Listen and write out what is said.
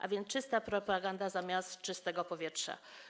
A więc jest czysta propaganda zamiast czystego powietrza.